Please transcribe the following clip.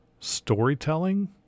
storytelling